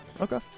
Okay